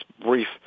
brief